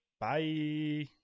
bye